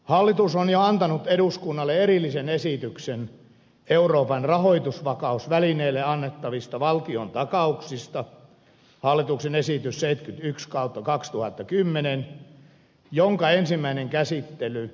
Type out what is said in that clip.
hallitus on jo antanut eduskunnalle erillisen esityksen euroopan rahoitusvakausvälineelle annettavista valtiontakauksista hallituksen esitys se yks kauppa kaksituhattakymmenen jonka ensimmäinen käsittely